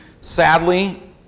sadly